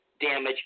damage